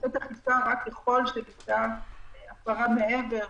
נעשית אכיפה רק ככל שנבדקה הפרה מעבר